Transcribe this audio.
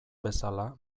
bezala